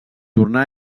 tornà